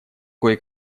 кое